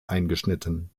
eingeschnitten